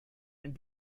and